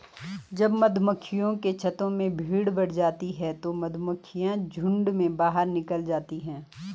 जब मधुमक्खियों के छत्ते में भीड़ बढ़ जाती है तो मधुमक्खियां झुंड में बाहर निकल आती हैं